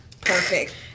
perfect